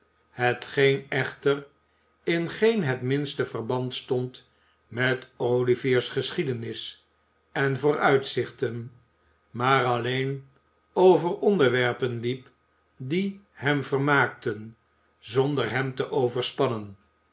hetwelk echter in geen het minste verband stond met olivier's geschiedenis en vooruitzichten maar alleen over onderwerpen liep die hem vermaakten zonder hem te